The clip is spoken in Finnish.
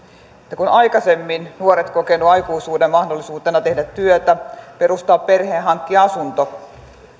kun aikaisemmin nuoret ovat kokeneet aikuisuuden mahdollisuutena tehdä työtä perustaa perhe ja hankkia asunto niin